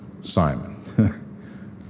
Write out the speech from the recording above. Simon